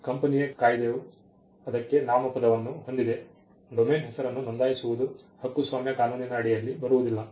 ಕಂಪನಿಯ ಕಾಯಿದೆಯು ಅದಕ್ಕೆ ನಾಮಪದವನ್ನು ಹೊಂದಿದೆ ಡೊಮೇನ್ ಹೆಸರನ್ನು ನೋಂದಾಯಿಸುವುದು ಹಕ್ಕುಸ್ವಾಮ್ಯ ಕಾನೂನಿನ ಅಡಿಯಲ್ಲಿ ಬರುವುದಿಲ್ಲ